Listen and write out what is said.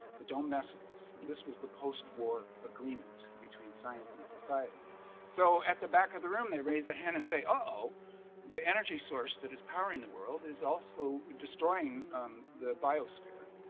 but don't mess with us this was the post-war agreement between science and society so at the back of the room, they raise the hand and say oh the energy source that is powering the world is also destroying the biosphere